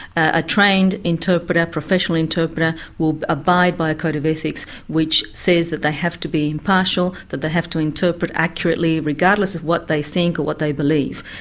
a trained interpreter, a professional interpreter, will abide by a code of ethics which says that they have to be impartial, that they have to interpret accurately regardless of what they think or what they believe.